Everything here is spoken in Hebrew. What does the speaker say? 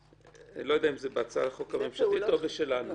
אני לא יודע אם זה בהצעת החוק הממשלתית או בשלנו.